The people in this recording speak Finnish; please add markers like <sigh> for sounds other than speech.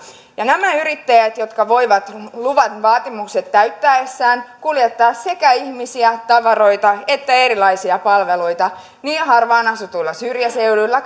nämä yrittäjät voivat luvat vaatimukset täyttäessään kuljettaa sekä ihmisiä tavaroita että erilaisia palveluita niin niillä harvaan asutuilla syrjäseuduilla <unintelligible>